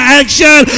action